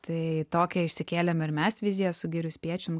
tai tokią išsikėlėm ir mes viziją su girių spiečium